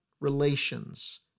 Relations